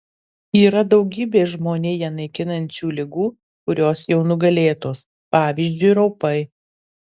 yra daugybė žmoniją naikinančių ligų kurios jau nugalėtos pavyzdžiui raupai